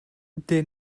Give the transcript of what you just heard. der